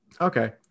Okay